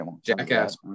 Jackass